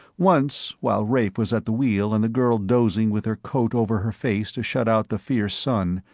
once while rafe was at the wheel and the girl dozing with her coat over her face to shut out the fierce sun,